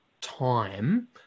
time